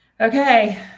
Okay